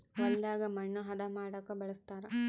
ಹೊಲದಾಗ ಮಣ್ಣು ಹದ ಮಾಡೊಕ ಬಳಸ್ತಾರ